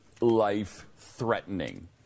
life-threatening